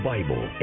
Bible